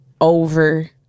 over